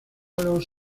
los